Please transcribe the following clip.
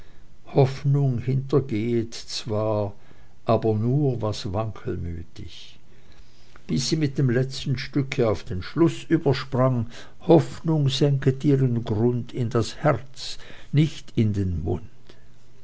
hoffnung hintergehet zwar aber nur was wankelmütig bis sie mit dem letzten stücke auf den schluß übersprang hoffnung senket ihren grund in das herz nicht in den mund